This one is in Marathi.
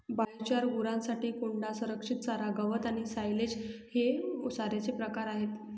बायोचार, गुरांसाठी कोंडा, संरक्षित चारा, गवत आणि सायलेज हे चाऱ्याचे प्रकार आहेत